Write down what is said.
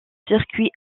circuit